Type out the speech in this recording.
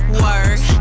work